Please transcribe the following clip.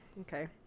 okay